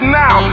now